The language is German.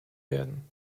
werden